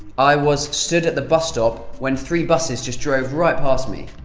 i was stood at the bus stop, when three buses just drove right past me'